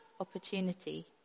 opportunity